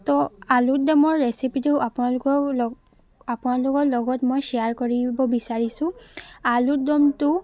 তো আলুৰ দমৰ ৰেচিপিটো আপোনালোকৰ লগ আপোনালোকৰ লগত মই শ্বেয়াৰ কৰিব বিচাৰিছোঁ আলুৰ দমটো